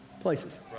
places